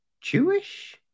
Jewish